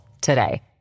today